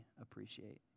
appreciate